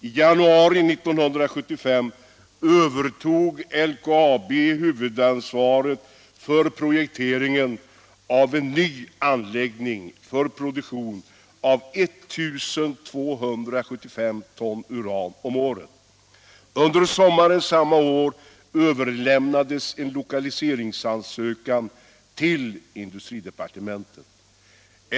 I januari 1975 övertog LKAB huvudansvaret för projekteringen av en ny anläggning för produktion av 1275 ton uran om året. Under sommaren samma år överlämnades en lokaliseringsansökan till industridepartementet.